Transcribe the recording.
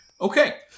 okay